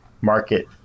market